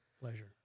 Pleasure